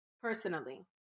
Personally